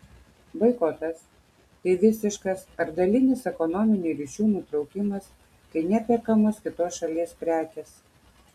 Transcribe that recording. boikotas tai visiškas ar dalinis ekonominių ryšių nutraukimas kai neperkamos kitos šalies prekės